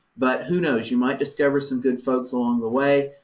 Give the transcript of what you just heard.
but who knows? you might discover some good folks along the way,